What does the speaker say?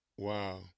Wow